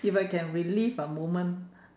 if I can relive a moment